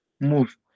move